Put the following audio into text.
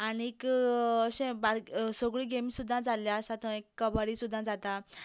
आनीक अशें बारीक सगळ्यो गेम सुद्दां जाल्यो आसा थंय कबड्डी सुद्दां जाता